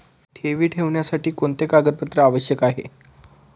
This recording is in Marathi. ठेवी ठेवण्यासाठी कोणते कागदपत्रे आवश्यक आहे?